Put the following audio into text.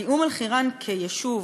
כי אום-אלחיראן כיישוב,